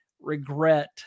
regret